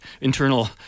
internal